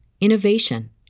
innovation